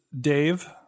Dave